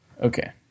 okay